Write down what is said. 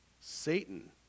Satan